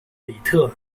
比特